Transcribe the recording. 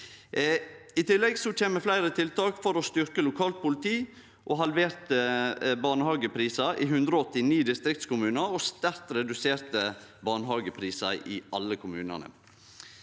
I tillegg kjem det fleire tiltak for å styrkje lokalt politi, og det blir halverte barnehageprisar i 189 distriktskommunar og sterkt reduserte barnehageprisar i alle kommunane.